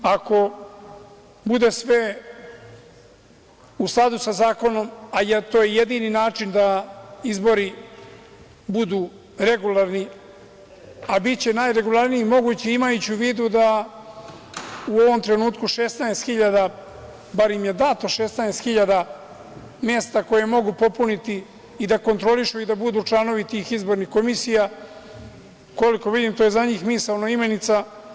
Ako bude sve u skladu sa zakonom, a to je jedini način da izbori budu regularni, a biće najregularniji mogući imajući u vidu da u ovom trenutku 16 hiljada, bar im je dato 16 hiljada mesta koje mogu popuniti i da kontrolišu i da budu članovi tih izbornih komisija, koliko vidim, to je za njih misaona imenica.